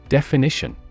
Definition